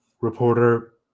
Reporter